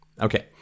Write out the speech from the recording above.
Okay